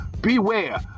Beware